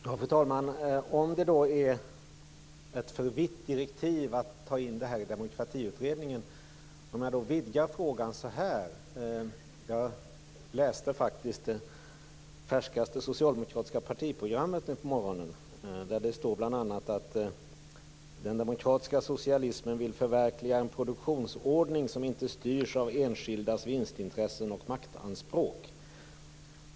Fru talman! Statsministern säger att det är ett för vitt direktiv att ta in det här i Demokratiutredningen. Då vill jag vidga frågan. Jag läste faktiskt det färskaste socialdemokratiska partiprogrammet i dag på morgonen, där står bl.a. att den demokratiska socialismen vill förverkliga en produktionsordning som inte styrs av enskildas vinstintressen och maktanspråk.